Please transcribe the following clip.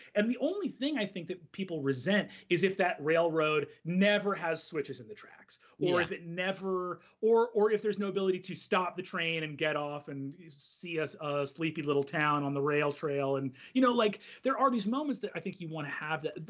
and the only thing i think that people resent is if that railroad never has switches in the tracks, or if it never, or or if there's no ability to stop the train and get off and see a ah sleepy little town on the rail trail. and you know like there are these moments that i think you wanna have that,